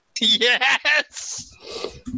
Yes